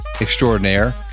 extraordinaire